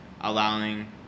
allowing